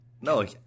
No